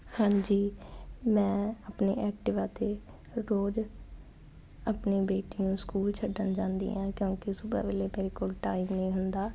ਹਾਂਜੀ ਮੈਂ ਆਪਣੀ ਐਕਟੀਵਾ ਤੇ ਰੋਜ਼ ਆਪਣੀ ਬੇਟੀ ਨੂੰ ਸਕੂਲ ਛੱਡਣ ਜਾਂਦੀ ਆ ਕਿਉਂਕਿ ਸੁਬਹਾ ਵੇਲੇ ਮੇਰੇ ਕੋਲ ਟਾਈਮ ਨਹੀਂ ਹੁੰਦਾ